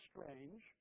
strange